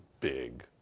big